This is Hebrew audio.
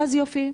אז יופי,